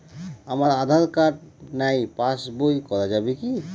আমার আঁধার কার্ড নাই passbook করা যাবে কি?